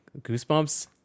goosebumps